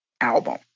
album